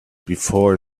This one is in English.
before